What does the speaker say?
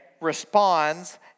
responds